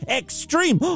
extreme